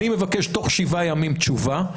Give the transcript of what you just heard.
אני מבקש תוך שבעה ימים תשובה,